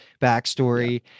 backstory